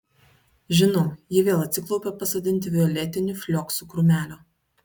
žinau ji vėl atsiklaupė pasodinti violetinių flioksų krūmelio